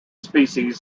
species